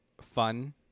fun